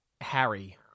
Harry